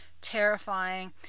terrifying